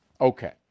Okay